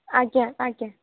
ଆଜ୍ଞା ଆଜ୍ଞା